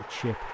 chip